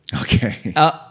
Okay